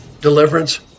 deliverance